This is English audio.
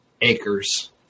acres